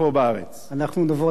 לא תקעתי בשופר,